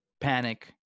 panic